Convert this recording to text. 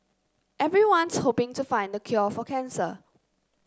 everyone's hoping to find the cure for cancer